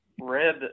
red